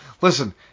listen